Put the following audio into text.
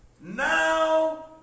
Now